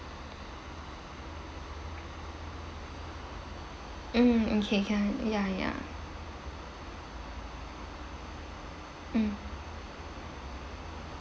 mm okay can ya ya mm